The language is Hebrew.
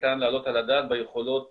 שניתן להעלות על הדעת ביכולות